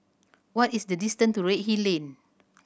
what is the distance to Redhill Lane